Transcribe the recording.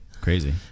Crazy